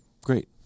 Great